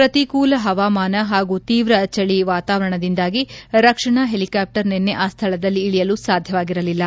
ಪ್ರತಿಕೂಲ ಹವಾಮಾನ ಹಾಗೂ ತೀವ್ರ ಚಳಿ ವಾತಾವರಣದಿಂದಾಗಿ ರಕ್ಷಣಾ ಹೆಲಿಕಾಪ್ಸರ್ ನಿನ್ನೆ ಆ ಸ್ಥಳದಲ್ಲಿ ಇಳಿಯಲು ಸಾಧ್ಯವಾಗಿರಲಿಲ್ಲ